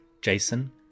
Jason